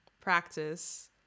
practice